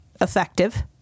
effective